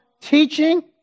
teaching